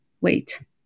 wait